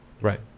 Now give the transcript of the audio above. Right